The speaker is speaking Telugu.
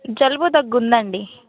జలుబు దగ్గు ఉందండి